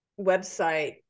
website